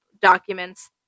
documents